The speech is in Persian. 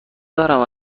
دارم